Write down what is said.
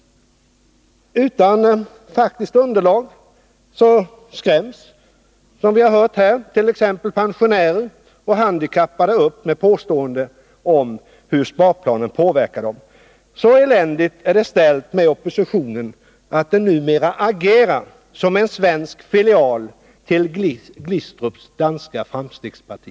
Utan faktiskt underlag skräms — som vi har hört här — t.ex. pensionärer och handikappade upp med påståenden om hur sparplanen påverkar dem. Så eländigt är det ställt med oppositionen att den numera agerar som en svensk filial till Glistrups danska framstegsparti.